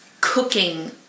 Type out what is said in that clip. cooking